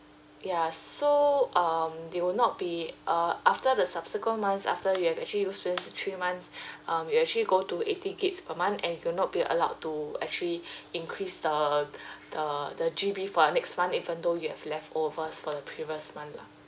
ya so um there will not be uh after the subsequent months after you have actually use this three months um you actually go to eighty gigabyte per month and you'll not be allowed to actually increase the the the G_B for your next month even though you have leftovers from the previous month lah